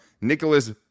Nicholas